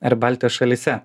ar baltijos šalyse